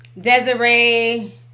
Desiree